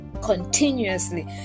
continuously